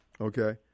okay